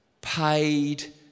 paid